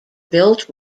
built